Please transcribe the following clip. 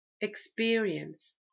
experience